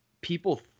people